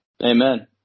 Amen